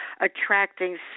attracting